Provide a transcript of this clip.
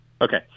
Okay